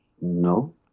No